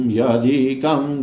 Yadikam